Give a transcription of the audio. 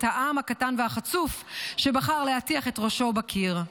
העם הקטן והחצוף שבחר להטיח את ראשו בקיר".